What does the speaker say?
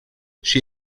she